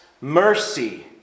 mercy